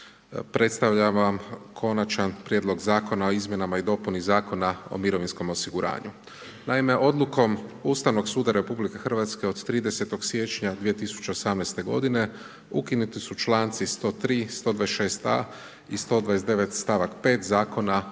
predstavljam vam Konačan prijedlog zakona o izmjenama i dopuni Zakona o mirovinskom osiguranju. Naime odlukom Ustavnog suda od 30. siječnja 2018. g. ukinuti su članci 103., 126. a i 129. stavak